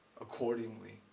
accordingly